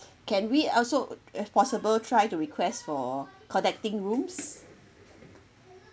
can we also as possible try to request for connecting rooms